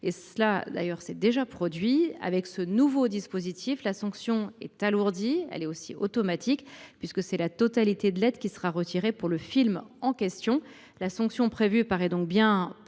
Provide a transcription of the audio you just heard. qui s’est déjà produit. Avec ce dispositif, la sanction est alourdie et automatique, puisque c’est la totalité de l’aide qui sera retirée, pour le film en question. La sanction prévue paraît donc bien